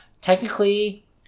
technically